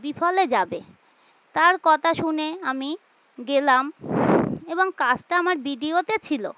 বিফলে যাবে তার কথা শুনে আমি গেলাম এবং কাজটা আমার বিডিওতে ছিল